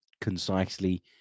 concisely